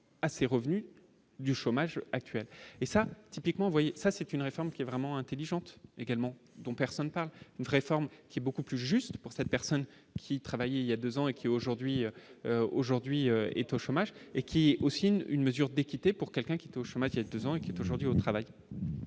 à ses revenus du chômage actuel et ça typiquement, voyez, ça c'est une réforme qui est vraiment intelligente également dont personne ne parle, une réforme qui est beaucoup plus juste pour cette personne qui travaille, il y a 2 ans et qui, aujourd'hui, aujourd'hui, est au chômage et qui est aussi une mesure d'équité pour quelqu'un qui est au chômage, a 2 ans, qui est aujourd'hui au travail.